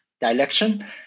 direction